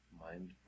mind